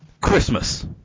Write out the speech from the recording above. Christmas